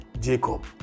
Jacob